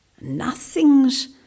Nothing's